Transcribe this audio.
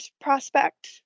prospect